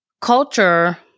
culture